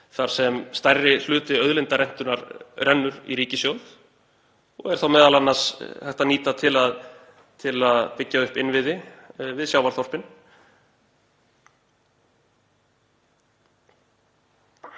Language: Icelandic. þar sem stærri hluti auðlindarentunnar rennur í ríkissjóð og er þá m.a. hægt að nýta til að byggja upp innviði við sjávarþorpin.